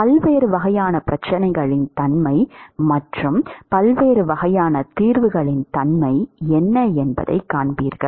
பல்வேறு வகையான பிரச்சனைகளின் தன்மை மற்றும் பல்வேறு வகையான தீர்வுகளின் தன்மை என்ன என்பதை காண்பீர்கள்